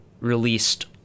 released